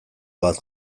bat